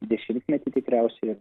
dešimtmetį tikriausiai